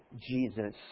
Jesus